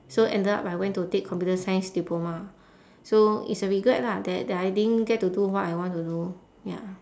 so ended up I went to take computer science diploma so it's a regret lah that that I didn't get to do what I want to do ya